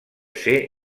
ser